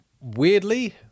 Weirdly